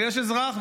ויש אזרח.